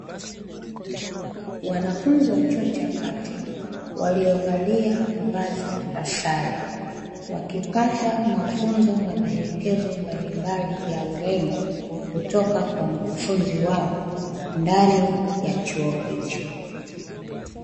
Wanafunzi wa chuo cha kati, waliovalia vazi la sare wakipata mafunzo na maelekezo mbalimbali ya urembo, kutoka kwa mkufunzi wao ndani ya chuo hicho.